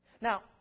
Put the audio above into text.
Now